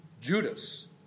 Judas